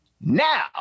Now